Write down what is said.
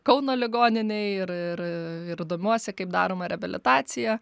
kauno ligoninėj ir ir ir domiuosi kaip daroma reabilitacija